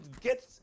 get